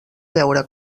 veure